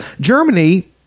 Germany